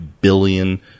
billion